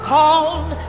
Called